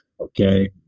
Okay